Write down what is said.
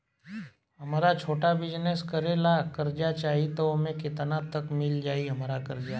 हमरा छोटा बिजनेस करे ला कर्जा चाहि त ओमे केतना तक मिल जायी हमरा कर्जा?